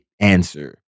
answer